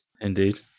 Indeed